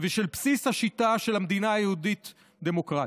ושל בסיס השיטה של המדינה היהודית דמוקרטית.